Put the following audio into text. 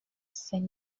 c’est